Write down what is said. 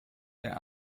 der